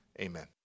Amen